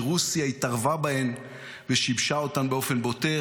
כי רוסיה התערבה בהן ושיבשה אותן באופן בוטה,